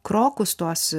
krokus tuos